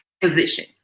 position